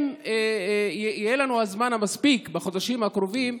אם יהיה לנו זמן מספיק בחודשים הקרובים,